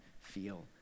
feel